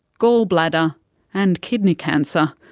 gallbladder and kidney cancer,